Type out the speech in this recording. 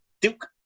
Duke